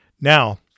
Now